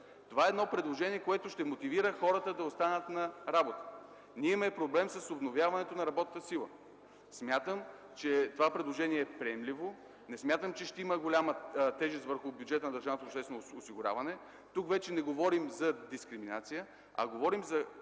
Това е едно предложение, което ще мотивира хората да останат на работа. Ние имаме проблем с обновяването на работната сила. Смятам, че това предложение е приемливо. Не смятам, че ще има голяма тежест върху бюджета на Държавното обществено осигуряване. Тук вече не говорим за дискриминация, а говорим за